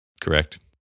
Correct